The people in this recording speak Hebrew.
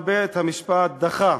אבל בית-המשפט דחה